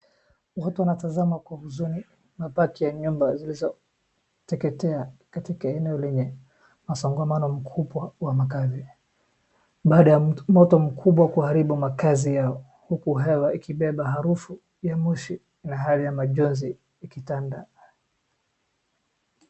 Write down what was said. Watu wanatazama kwa huzuni mabaki ya nyumba zilizoteketea katika eneo lenya masongomano mkubwa wa makazi, baada ya moto mkubwa kuharibu makaazi yao huku hewa ikibeba harufu ya moshi na hali ya majonzi ikitanda,